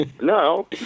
No